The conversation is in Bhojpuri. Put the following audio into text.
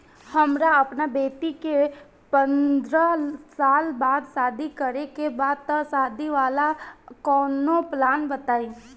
हमरा अपना बेटी के पंद्रह साल बाद शादी करे के बा त शादी वाला कऊनो प्लान बताई?